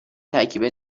ترکیب